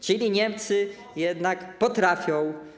Czyli Niemcy jednak potrafią.